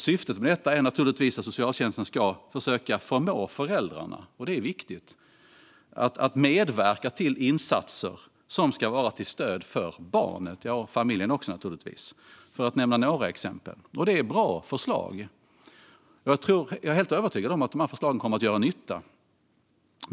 Syftet med detta är naturligtvis att socialtjänsten ska försöka förmå föräldrarna - detta är viktigt - att medverka till insatser som ska vara till stöd för barnet och familjen. Detta är bra förslag, och jag är helt övertygad om att de kommer att göra nytta.